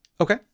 Okay